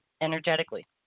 energetically